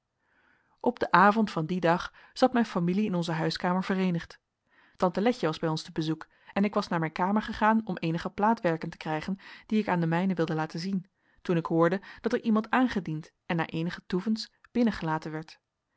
op den avond van dien dag zat mijn familie in onze huiskamer vereenigd tante letje was bij ons te bezoek en ik was naar mijn kamer gegaan om eenige plaatwerken te krijgen die ik aan de mijnen wilde laten zien toen ik hoorde dat er iemand aangediend en na eenig toevens binnengelaten werd